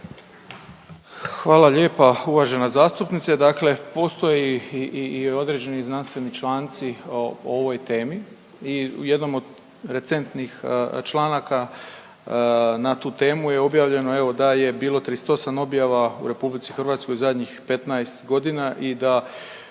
Hvala lijepa uvažena zastupnice. Dakle, postoje i određeni znanstveni članci o ovoj temi i u jednom od recentnih članaka na tu temu je objavljeno evo da je bilo 38 objava u Republici Hrvatskoj u zadnjih 15 godina i da